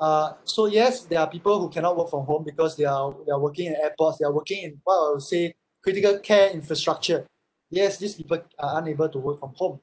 uh so yes there are people who cannot work from home because they are they are working at airports they are working in what I would say critical care infrastructure yes these people are unable to work from home